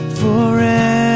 forever